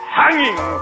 hanging